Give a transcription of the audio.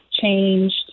changed